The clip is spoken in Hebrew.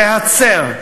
להצר,